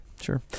sure